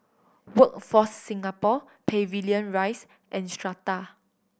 Workforce Singapore Pavilion Rise and Strata